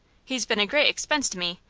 he's been a great expense to me,